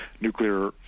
nuclear